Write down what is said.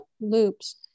loops